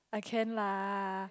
I can lah